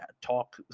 talk